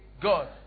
God